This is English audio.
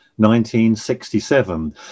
1967